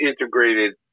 integrated